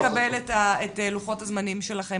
נוכל לקבל את לוחות הזמנים שלכם,